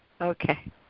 Okay